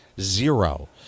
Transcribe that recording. Zero